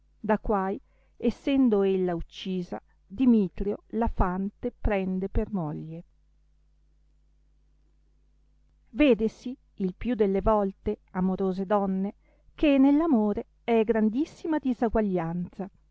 da quai essendo ella uccisa dlmitrio la fante prende per moglie vedesi il più delle volte amorose donne che nell amore è grandissima disaguaglianza